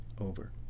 over